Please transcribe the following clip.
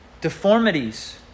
Deformities